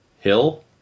Hill